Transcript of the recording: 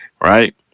right